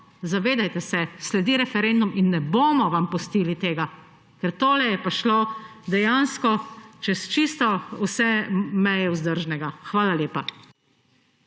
zavedajte se, sledi referendum in ne bomo vam pustili tega. Ker tole je pa šlo dejansko čez čisto vse meje vzdržnega. Hvala lepa.